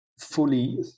Fully